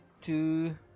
Two